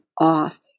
off